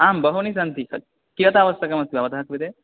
आं बहूनि सन्ति कियत् आवश्यकमस्ति भवतां कृते